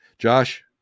Josh